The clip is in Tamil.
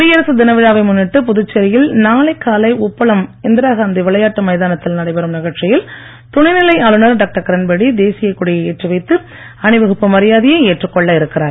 குடியரசு தின விழாவை முன்னிட்டு புதுச்சேரியில் நாளை காலை உப்பளம் இந்திராகாந்தி விளையாட்டு மைதானத்தில் நடைபெறும் நிகழ்ச்சியில் துணை நிலை ஆளுனர் டாக்டர் கிரண்பேடி தேசிய கொடியை ஏற்றி வைத்து அணிவகுப்பு மரியாதையை ஏற்றுக்கொள்ள இருக்கிறார்